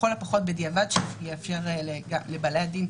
לכל הפחות בדיעבד שיאפשר לבעלי הדין,